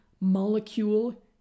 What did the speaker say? molecule